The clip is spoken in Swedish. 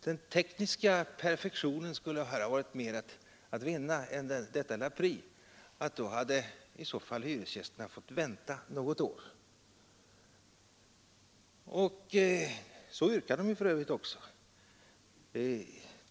Den tekniska perfektionen skulle här ha varit en större vinst än ett undvikande av att hyresgästerna annars hade fått vänta något år. Deras yrkanden har för övrigt också denna innebörd.